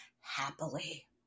happily